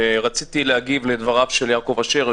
רציתי להגיב לדבריו של יעקב אשר,